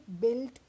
built